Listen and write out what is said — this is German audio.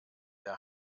der